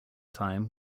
time